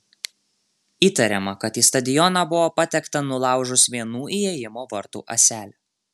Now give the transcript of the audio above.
įtariama kad į stadioną buvo patekta nulaužus vienų įėjimo vartų ąselę